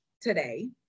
today